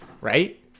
right